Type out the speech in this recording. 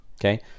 Okay